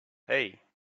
hey